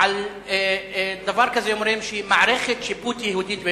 ועל דבר כזה אומרים שהיא מערכת שיפוט יהודית בהחלט.